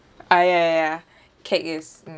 ah ya ya ya cake is mm